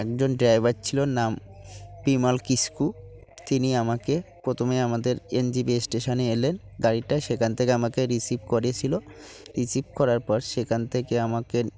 একজন ড্রাইভার ছিল নাম পিমাল কিস্কু তিনি আমাকে প্রথমে আমাদের এনজেপি স্টেশনে এলেন গাড়িটা সেখান থেকে আমাকে রিসিভ করেছিল রিসিভ করার পর সেখান থেকে আমাকে